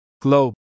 Globe